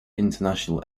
international